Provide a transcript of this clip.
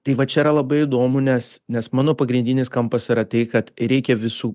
tai va čia yra labai įdomu nes nes mano pagrindinis kampas yra tai kad reikia visų